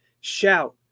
Shout